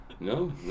No